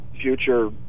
future